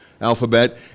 alphabet